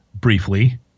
briefly